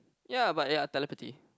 ya but ya telepathy